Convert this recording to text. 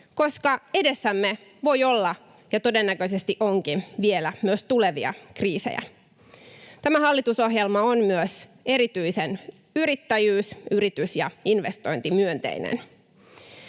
koska edessämme voi olla, ja todennäköisesti onkin, vielä myös tulevia kriisejä. Tämä hallitusohjelma on myös erityisen yrittäjyys-, yritys- ja investointimyönteinen.